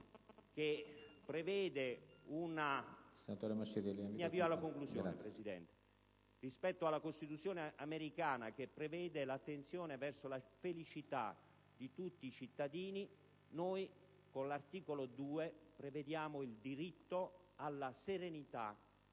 *(IdV)*. Mi avvio alla conclusione. Rispetto alla Costituzione americana, che prevede l'attenzione verso la felicità di tutti i cittadini, noi con l'articolo 2 prevediamo il diritto alla serenità